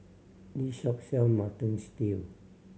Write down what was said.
this shop sell Mutton Stew